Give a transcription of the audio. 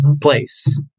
place